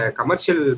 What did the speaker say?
commercial